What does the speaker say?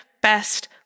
best